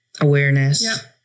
awareness